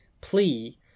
plea